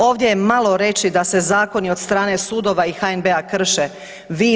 Ovdje je malo reći da se zakoni od strane sudova i HNB-a krše.